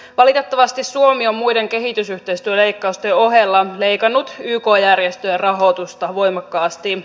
valitettavasti suomi on muiden kehitysyhteistyöleikkausten ohella leikannut yk järjestöjen rahoitusta voimakkaasti